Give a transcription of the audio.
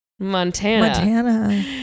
Montana